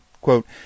Quote